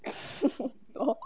lor